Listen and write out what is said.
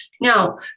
Now